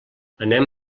anem